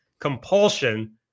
compulsion